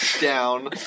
down